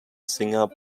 singer